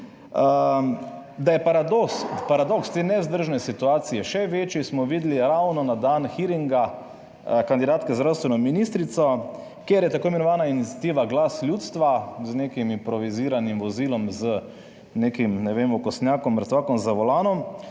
Da je paradoks te nevzdržne situacije še večji, smo videli ravno na dan hearinga kandidatke za zdravstveno ministrico, kjer je tako imenovana iniciativa glas ljudstva z nekim improviziranim vozilom, z nekim, ne vem, okostnjakom, mrtvakom za volanom,